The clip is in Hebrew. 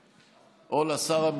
בעד.